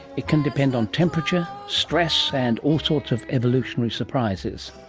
it can depend on temperature, stress and all sorts of evolutionary surprises.